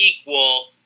equal